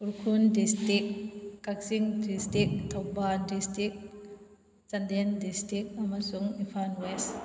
Ukhrul district Kakching district Thoubal district Chandel district ꯑꯃꯁꯨꯡ Imphal west